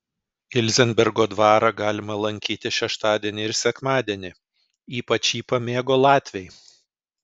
ilzenbergo dvarą galima lankyti šeštadienį ir sekmadienį ypač jį pamėgo latviai